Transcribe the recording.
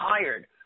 tired